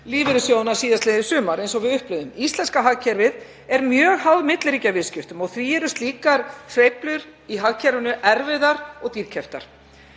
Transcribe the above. lífeyrissjóðanna síðastliðið sumar, eins og við upplifðum. Íslenska hagkerfið er mjög háð milliríkjaviðskiptum og því eru slíkar sveiflur hagkerfinu erfiðar og dýrkeyptar.